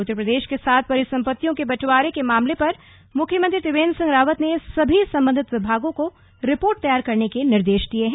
उत्तर प्रदेश के साथ परिसंपत्तियों के बंटवारे के मामले पर मुख्यमंत्री त्रिवेंद्र सिंह रावत ने सभी सम्बंधित विभागों को रिपोर्ट तैयार करने के निर्देश दिए हैं